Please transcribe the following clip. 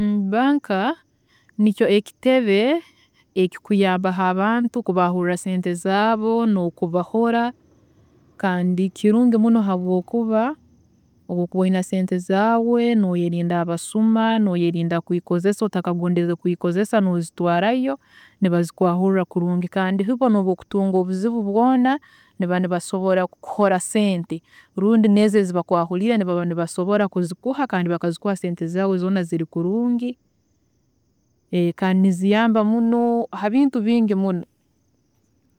Bank nikyo ekitebe ekikuyambaho abantu kubaahurra sente zaaho nokubahora kandi kirungi muno habwokuba, obu orikuba oyine sente zaawe, noyerinda abasuma, noyerinda kwikozesa otakagondeze kwikozesa nozitwaarayo nibazikwaahurra kurungi kandi bo nobu okutunga obuzibu bwoona, nibaba nibasobola kukuhora sente rundi neezi ezibakwaahuriire nibasobola kuzikuha kandi bakazikuha sente zaawe zoona ziri kurungi kandi niziyamba habintu bingi muno.